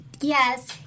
yes